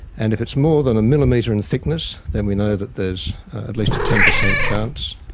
and if it's more than a millimetre in thickness then we know that there is at least a ten percent chance,